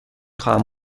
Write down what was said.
خواهم